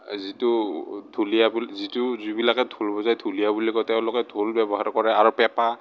যিটো ঢুলীয়া বুলি যিটো যিবিলাকে ঢোল বজায় ঢুলীয়া বুলি কয় তেওঁলোকে ঢোল ব্যৱহাৰ কৰে আৰু পেঁপা